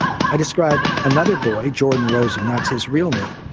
i describe another boy, jordan rosen, that's his real name.